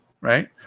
Right